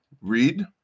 Read